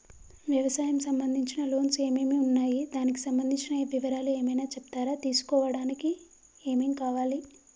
వ్యవసాయం సంబంధించిన లోన్స్ ఏమేమి ఉన్నాయి దానికి సంబంధించిన వివరాలు ఏమైనా చెప్తారా తీసుకోవడానికి ఏమేం కావాలి?